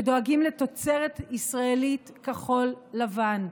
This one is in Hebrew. שדואגים לתוצרת ישראל כחול-לבן,